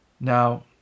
Now